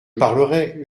parlerai